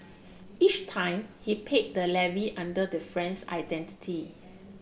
each time he paid the levy under the friend's identity